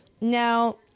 Now